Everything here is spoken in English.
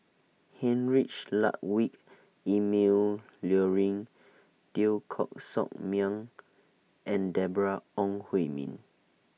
Heinrich Ludwig Emil Luering Teo Koh Sock Miang and Deborah Ong Hui Min